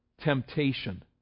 temptation